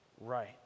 right